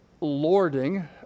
lording